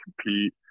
compete